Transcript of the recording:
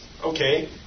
okay